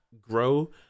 grow